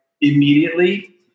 immediately